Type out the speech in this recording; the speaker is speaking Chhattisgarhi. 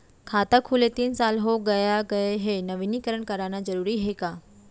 खाता खुले तीन साल हो गया गये हे नवीनीकरण कराना जरूरी हे का?